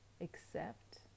accept